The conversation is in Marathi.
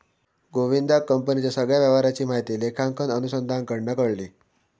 गोविंदका कंपनीच्या सगळ्या व्यवहाराची माहिती लेखांकन अनुसंधानाकडना कळली